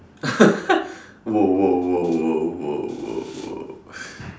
!whoa! !whoa! !whoa! !whoa! !whoa! !whoa! !whoa!